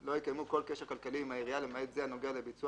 לא יקיימו כל קשר כלכלי עם העירייה למעט זה הנוגע לביצוע